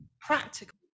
practical